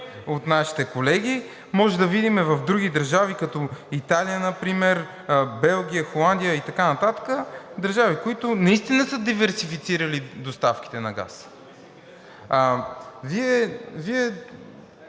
от Енергийната комисия. Можем да видим в други държави, като Италия например, Белгия, Холандия и така нататък, държави, които наистина са диверсифицирали доставките на газ. Вие